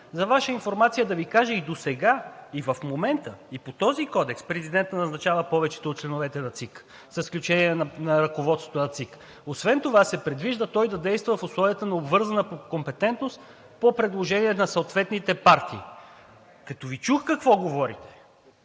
За Ваша информация да Ви кажа: и досега, и в момента, и по този Кодекс президентът назначава повечето от членовете на ЦИК, с изключение на ръководството на ЦИК. Освен това се предвижда той да действа в условията на обвързана компетентност по предложение на съответните партии. Като Ви чух какво говорите,